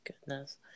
goodness